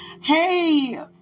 hey